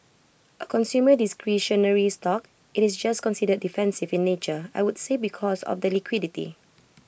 A consumer discretionary stock IT is just considered defensive in nature I would say because of the liquidity